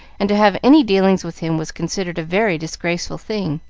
and to have any dealings with him was considered a very disgraceful thing.